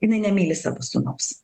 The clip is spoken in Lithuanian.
jinai nemyli savo sūnaus